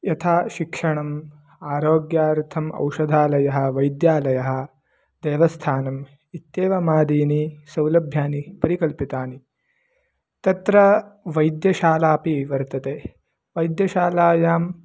यथा शिक्षणम् आरोग्यार्थम् औषधालयः वैद्यालयः देवस्थानम् इत्येवमादीनि सौलभ्यानि परिकल्पितानि तत्र वैद्यशाला अपि वर्तते वैद्यशालायां